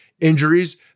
injuries